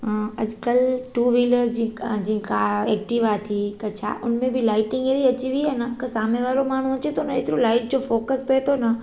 अॼुकल्ह two wheeler जी का जेका एक्टीवा थी की छा हुन में बि लाइटिंग अहिणी अची वेई आहे न की साम ने वारो माण्हू हुजे थो न एतिरो लाइट जो फ़ोकस पिए थो न